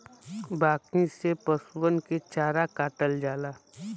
बांकी से पसुअन के चारा काटल जाला